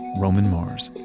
roman mars.